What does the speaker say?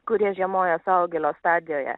kurie žiemoja suaugėlio stadijoje